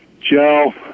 Joe